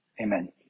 Amen